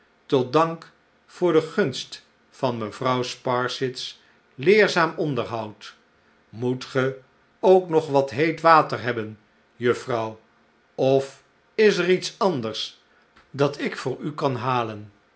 tot dank voor de gunst van mevrouw sparsit's leerzaam onderhoud moet ge ook nog wat heet water hebben juffrouw of is er iets anders dat ik voor u kan halen